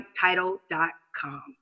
Title.com